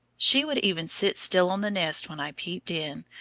she would even sit still on the nest when i peeped in,